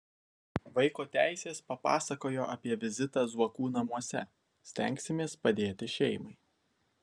vaiko teisės papasakojo apie vizitą zuokų namuose stengsimės padėti šeimai